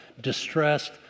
distressed